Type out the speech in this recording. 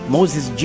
Moses